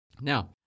Now